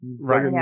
Right